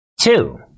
two